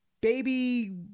baby